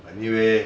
but anyway